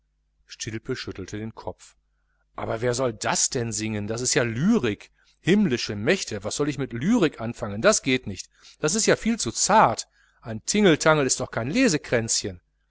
stilpe schüttelte den kopf aber wer soll denn das singen das ist ja lyrik himmlische mächte was soll ich mit lyrik anfangen das geht ja nicht das ist ja viel zu zart ein tingeltangel ist doch kein